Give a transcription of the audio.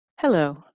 Hello